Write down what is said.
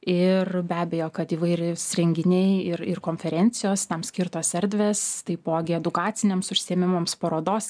ir be abejo kad įvairūs renginiai ir konferencijos tam skirtos erdvės taipogi edukaciniams užsiėmimams parodos